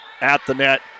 at-the-net